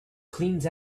cleans